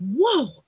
whoa